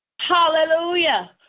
Hallelujah